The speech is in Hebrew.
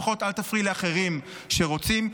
לפחות אל תפריעי לאחרים שרוצים,